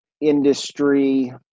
industry